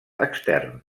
extern